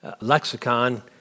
lexicon